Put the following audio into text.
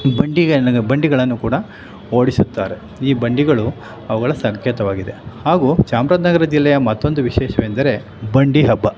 ಬಂಡಿ ವ್ಯಾನ್ ಬಂಡಿಗಳನ್ನು ಕೂಡ ಓಡಿಸುತ್ತಾರೆ ಈ ಬಂಡಿಗಳು ಅವುಗಳ ಸಂಕೇತವಾಗಿದೆ ಹಾಗೂ ಚಾಮರಾಜನಗರ ಜಿಲ್ಲೆಯ ಮತ್ತೊಂದು ವಿಶೇಷವೆಂದರೆ ಬಂಡಿ ಹಬ್ಬ